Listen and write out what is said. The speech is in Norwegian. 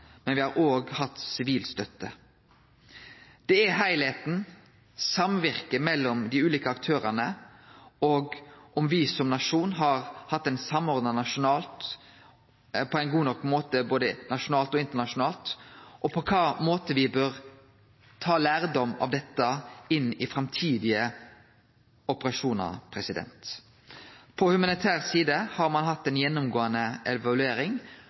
men me har òg hatt sivil støtte. Og det er heilskapen, samvirket mellom dei ulike aktørane og om me som nasjon har vore samordna på ein god nok måte både nasjonalt og internasjonalt, og på kva måte me bør ta lærdom av dette inn i framtidige operasjonar. På humanitær side har ein hatt ei gjennomgåande evaluering,